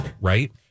right